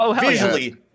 visually –